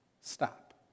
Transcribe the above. Stop